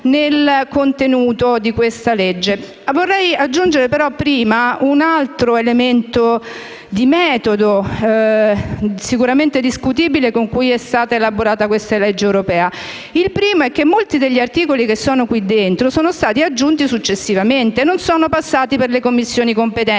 del contenuto di questa legge, vorrei aggiungere un altro elemento di metodo, sicuramente discutibile, con cui è stata elaborata questa legge europea. Molti degli articoli presenti nella legge sono stati aggiunti successivamente e non sono passati dalle Commissioni competenti.